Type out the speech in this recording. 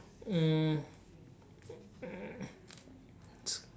mm